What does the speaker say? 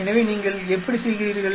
எனவே நீங்கள் எப்படி செய்கிறீர்கள்